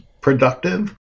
productive